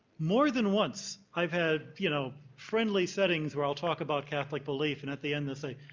more than once i've had, you know, friendly settings where i'll talk about catholic belief and at the end they'll say,